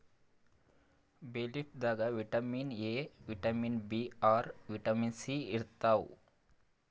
ಬೇ ಲೀಫ್ ದಾಗ್ vitamin A, vitamin B ಆರ್, ವಿಟಮಿನ್ ಸಿ ಇರ್ತವ್